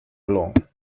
along